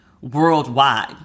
worldwide